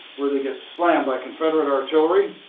where they get slammed by confederate artillery.